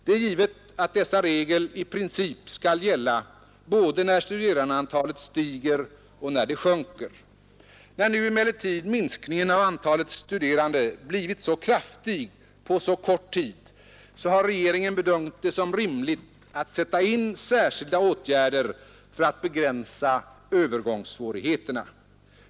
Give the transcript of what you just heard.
Det är givet att dessa regler i princip skall gälla både när studerandeantalet ökar och när det minskar. När nu emellertid minskningen av antalet studerande har blivit så kraftig på så kort tid, har regeringen bedömt det såsom rimligt att sätta in särskilda åtgärder för att begränsa övergångssvårigheterna.